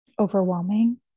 overwhelming